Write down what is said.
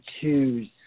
choose